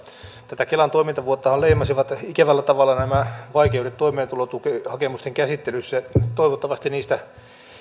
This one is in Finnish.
tätä kelan toimintavuottahan leimasivat ikävällä tavalla nämä vaikeudet toimeentulotukihakemusten käsittelyssä toivottavasti